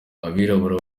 abirabura